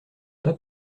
pas